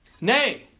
Nay